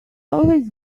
always